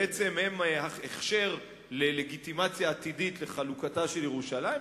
בעצם הן ההכשר ללגיטימציה עתידית לחלוקתה של ירושלים.